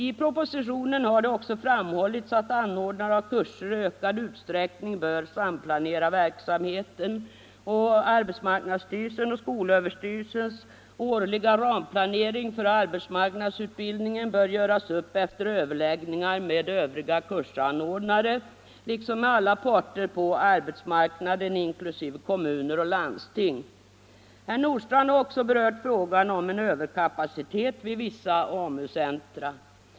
I propositionen har också framhållits att anordnare av kurser i ökad utsträckning bör samplanera verksamheten och att arbetsmarknadsstyrelsens och skolöverstyrelsens årliga ramplanering för arbetsmarknadsutbildningen bör göras upp efter överläggningar med övriga kursanordnare och med alla parter på arbetsmarknaden inkl. kommuner och landsting. Herr Nordstrandh har också berört frågan om en överkapacitet vid vissa AMU-centra.